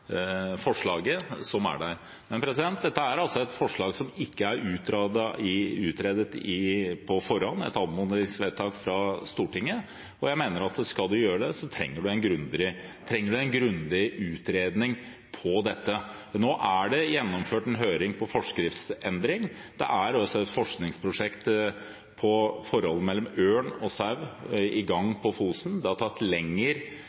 forslaget som er der. Dette er altså et forslag som ikke er utredet på forhånd, et anmodningsvedtak fra Stortinget, og jeg mener at skal man gjøre dette, trenger man en grundig utredning av det. Nå er det gjennomført en høring om forskriftsendring. Det er også et forskningsprosjekt om forholdet mellom ørn og sau i gang på Fosen. Det har tatt